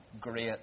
great